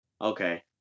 Okay